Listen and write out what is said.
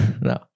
no